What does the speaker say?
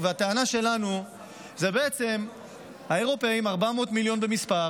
הטענה שלנו היא בעצם שהאירופים, 400 מיליון במספר,